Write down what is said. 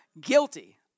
guilty